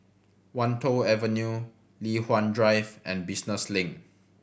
Wan Tho Avenue Li Hwan Drive and Business Link